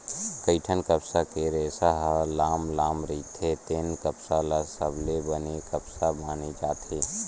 कइठन कपसा के रेसा ह लाम लाम रहिथे तेन कपसा ल सबले बने कपसा माने जाथे